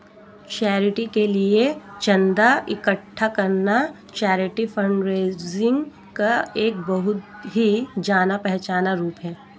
charity के लिए चंदा इकट्ठा करना चैरिटी फंडरेजिंग का एक बहुत ही जाना पहचाना रूप है